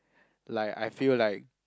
like I feel like